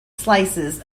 slices